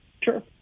Sure